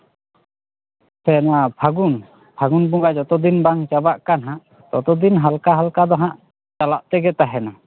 ᱥᱮ ᱱᱚᱣᱟ ᱯᱷᱟᱹᱜᱩᱱ ᱯᱷᱟᱹᱜᱩᱱ ᱵᱚᱸᱜᱟ ᱡᱚᱛᱚ ᱫᱤᱱ ᱵᱟᱝ ᱪᱟᱵᱟᱜ ᱠᱟᱱ ᱦᱟᱸᱜ ᱛᱚᱛᱚ ᱫᱤᱱ ᱦᱟᱞᱠᱟᱼᱦᱟᱞᱠᱟ ᱫᱚ ᱦᱟᱸᱜ ᱪᱟᱞᱟᱜ ᱛᱮᱜᱮ ᱛᱟᱦᱮᱱᱟ